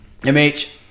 MH